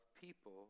people